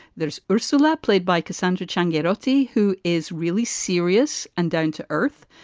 there's ursula, played by cassandra chang growthy, who is really serious and down to earth.